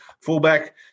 fullback